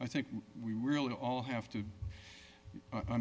i i think we really all have to